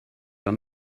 ond